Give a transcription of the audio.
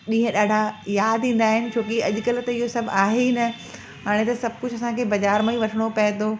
ॾींहं ॾाढा यादि ईंदा आहिनि छो की अॼुकल्ह त इहो सभ आहे ई न हाणे त सभ कुझु असांखे बज़ारि मां ई वठणो पए थो